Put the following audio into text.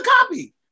copy